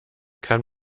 kann